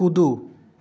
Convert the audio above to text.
कुदू